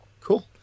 Cool